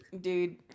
Dude